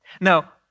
Now